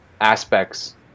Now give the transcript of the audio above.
aspects